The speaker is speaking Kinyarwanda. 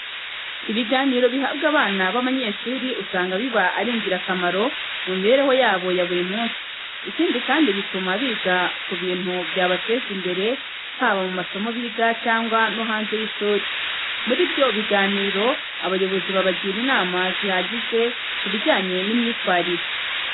Ibiganiro bihabwa abana b'abanyeshuri, usanga biba ari ingirakamaro mu mibereho yabo ya buri munsi. Ikindi kandi, bituma biga ku bintu byabateza imbere, haba mu masomo biga cyangwa no hanze y'ishuri. Muri byo biganiro, abayobozi babagira inama zihagije ku bijyanye n'imyitwarire.